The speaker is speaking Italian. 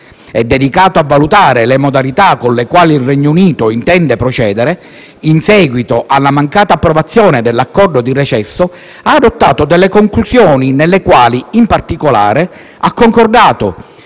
dedicato a valutare le modalità con le quali il Regno Unito intende procedere in seguito alla mancata approvazione dell'accordo di recesso, ha adottato conclusioni nelle quali, in particolare, sulla